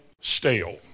stale